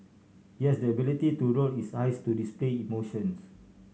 it has the ability to roll its eyes to display emotions